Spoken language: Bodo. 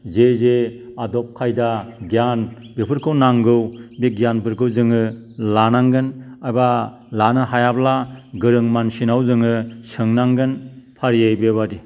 जे जे आदब खायदा गियान बेफोरखौ नांगौ बि गियानफोरखौ जोङो लानांगोन एबा लानो हायाब्ला गोरों मानसिनाव जोङो सोंनांगोन फारियै बेबादि